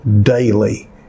daily